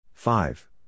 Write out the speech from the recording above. Five